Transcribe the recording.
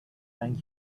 thank